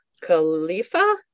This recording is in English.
Khalifa